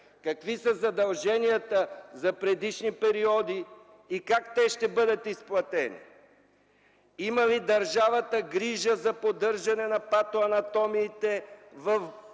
Какви са задълженията за предишни периоди и как те ще бъдат изплатени? Има ли държавата грижа за поддържане на патоанатомиите в